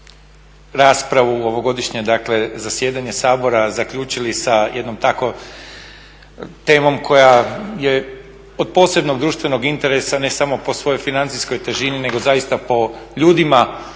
ovogodišnje dakle zasjedanje Sabora zaključili sa jednom tako temom koja je od posebnog društvenog interesa, ne samo po svojoj financijskoj težini nego zaista po ljudima,